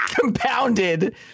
compounded